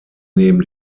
neben